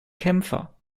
kämpfer